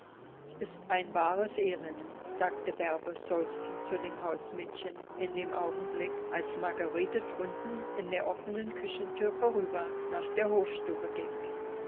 s ist ein wahres elend sagte bärbe seufzend zu dem hausmädchen in dem augenblick als margarete drunten in der offenen küchenthüre vorüber nach der hofstube ging